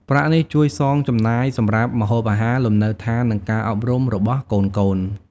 ប្រាក់នេះជួយសងចំណាយសម្រាប់ម្ហូបអាហារ លំនៅដ្ឋាន និងការអប់រំរបស់កូនៗ។